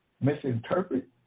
Misinterpret